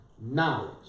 knowledge